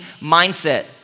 mindset